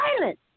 violent